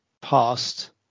past